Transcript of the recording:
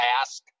ask